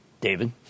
David